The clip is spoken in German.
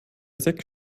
sechs